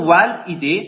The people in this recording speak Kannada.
ಒಂದು ವಾಲ್ವ್ ಇದೆ